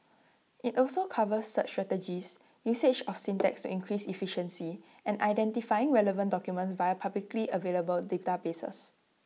IT also covers search strategies usage of syntax to increase efficiency and identifying relevant documents via publicly available databases